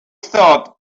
thought